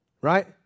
right